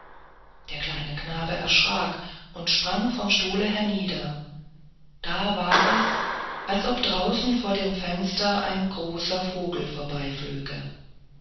der kleine knabe erschrak und sprang vom stuhle hernieder da war es als ob draußen vor dem fenster ein großer vogel